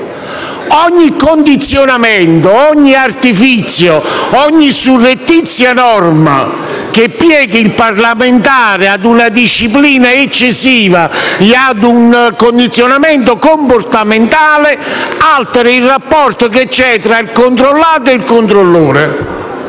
Ogni condizionamento, ogni artifizio, ogni surrettizia norma che pieghi il parlamentare ad una disciplina eccessiva e ad un condizionamento comportamentale altera il rapporto che c'è tra controllato e il controllore.